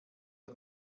der